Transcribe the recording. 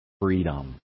freedom